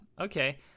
Okay